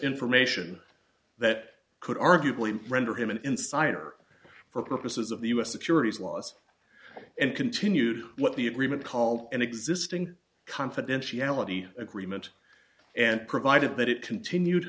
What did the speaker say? information that could arguably render him an insider for purposes of the us securities laws and continued what the agreement called an existing confidentiality agreement and provided that it continued